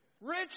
Rich